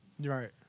Right